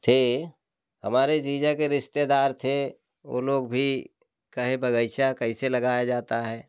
थे हमारे जीजा के रिश्तेदार थे वो लोग भी कहे बगीचा कैसे लगाया जाता है